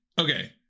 okay